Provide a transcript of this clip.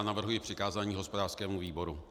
Navrhuji přikázání hospodářskému výboru.